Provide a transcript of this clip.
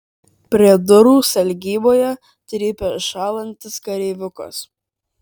prie durų sargyboje trypia šąlantis kareiviukas